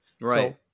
Right